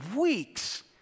weeks